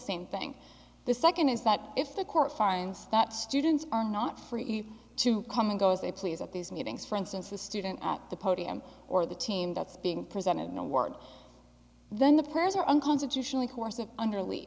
same thing the second is that if the court finds that students are not free to come and go as they please at these meetings for instance the student at the podium or the team that's being presented no word then the person or unconstitutionally coercive under lea